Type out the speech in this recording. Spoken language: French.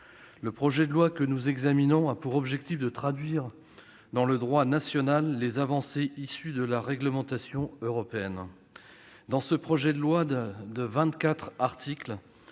Le projet de loi que nous examinons a pour objectif de traduire dans le droit national les avancées issues de la réglementation européenne. Dans ce projet de loi de vingt-quatre